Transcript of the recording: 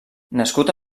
nascut